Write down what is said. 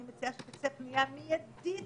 אני מציעה שתצא פנייה מיידית